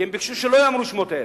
כי הם ביקשו שלא ייאמרו שמותיהם,